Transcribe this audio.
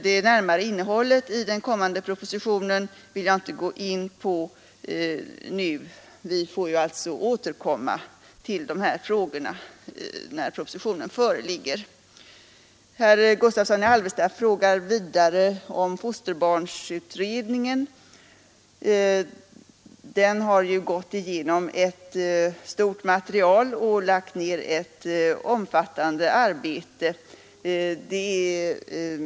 Det närmare innehållet får vi återkomma till, när propositionen föreligger. Herr Gustavsson i Alvesta frågar vidare om fosterbarnsutredningen. Den har gått igenom ett stort material och lagt ned ett omfattande arbete.